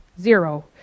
Zero